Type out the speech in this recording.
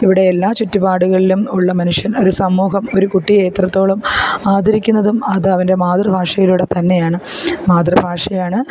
ഇവിടെ എല്ലാ ചുറ്റുപാടുകളിലും ഉള്ള മനുഷ്യൻ ഒരു സമൂഹം ഒരു കുട്ടിയെ എത്രത്തോളം ആദരിക്കുന്നതും അത് അവൻ്റെ മാതൃഭാഷയിലൂടെ തന്നെയാണ് മാതൃഭാഷയാണ്